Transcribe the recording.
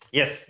yes